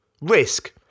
risk